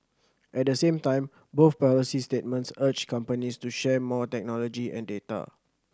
at the same time both policy statements urged companies to share more technology and data